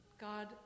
God